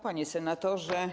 Panie Senatorze!